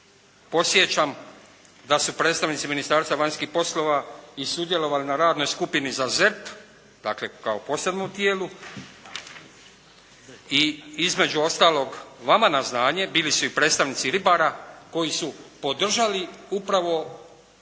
osjećam da su predstavnici Ministarstva vanjskih poslova i sudjelovali na radnoj skupini za ZERP dakle kao posebnom tijelu i između ostaloga vama na znanje bili su i predstavnici ribara koji su podržali upravo